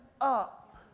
up